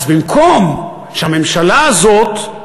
אז במקום שהממשלה הזאת,